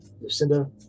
Lucinda